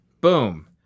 Boom